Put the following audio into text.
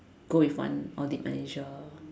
go with one audit manager